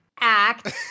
act